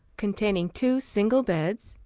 containing two single beds,